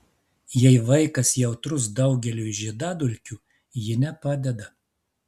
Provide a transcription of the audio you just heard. jei vaikas jautrus daugeliui žiedadulkių ji nepadeda